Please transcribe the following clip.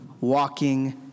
walking